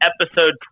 episode